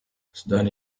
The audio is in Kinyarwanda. sudani